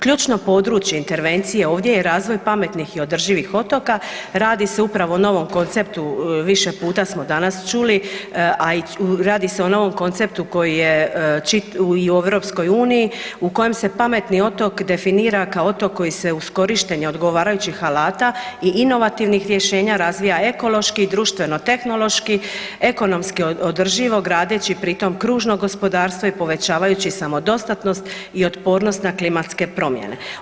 Ključno područje intervencije ovdje je razvoj pametnih i održivih otoka, radi se upravo o novom konceptu više puta smo danas čuli, a radi se o novom konceptu koji je i u EU u kojem se pametni otok definira kao otok koji se uz korištenje odgovarajućih alata i inovativnih rješenja razvija ekološki i društveno tehnološki, ekonomski održivo gradeći pri tom kružno gospodarstvo i povećavajući samodostatnost i otpornost na klimatske promjene.